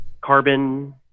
Carbon